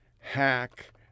hack